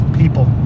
people